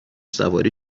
سواری